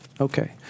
Okay